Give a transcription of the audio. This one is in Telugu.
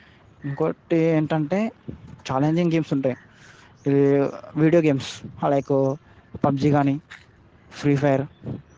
ఇంకోటి ఏంటంటే ఛాలేంజింగ్ గేమ్స్ ఉంటాయి ఇవీ వీడియో గేమ్స్ లైకు పబ్జి కాని ఫ్రీ ఫయిర్